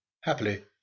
Happily